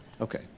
Okay